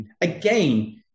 Again